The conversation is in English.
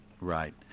Right